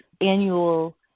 annual